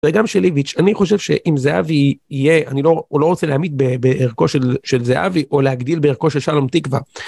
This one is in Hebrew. וגם שלאיביץ', אני חושב שאם זהבי יהיה... אני לא רוצה להמעיט בערכו של זהבי או להגדיל בערכו של שלום תקווה.